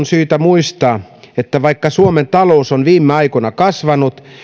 syytä muistaa että vaikka suomen talous on viime aikoina kasvanut